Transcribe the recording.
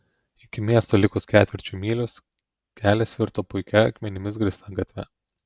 iki miesto likus ketvirčiui mylios kelias virto puikia akmenimis grįsta gatve